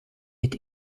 het